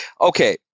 okay